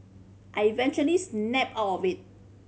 I eventually snapped out of it